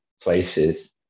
places